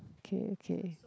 okay okay